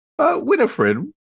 Winifred